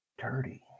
Dirty